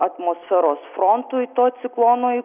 atmosferos frontui to ciklonui